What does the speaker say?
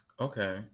Okay